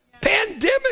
Pandemic